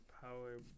power